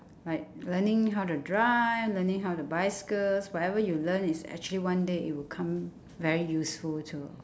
like learning how to drive learning how to bicycles whatever you learn is actually one day it will come very useful to